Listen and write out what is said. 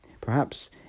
Perhaps